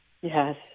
Yes